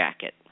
jacket